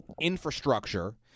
infrastructure